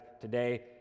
today